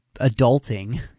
adulting